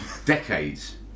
decades